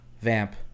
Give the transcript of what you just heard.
vamp